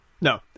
No